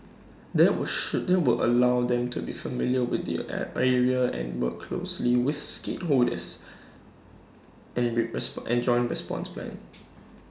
that will should that will allow them to be familiar with the area and work closely with stakeholders in response in joint response plans